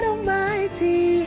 Almighty